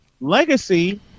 legacy